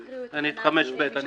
יקריאו את תקנת משנה (ב) ויעלו כבר להצבעה.